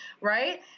right